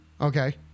Okay